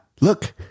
Look